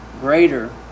greater